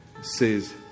says